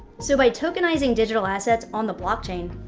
so, by tokenizing digital assets on the blockchain,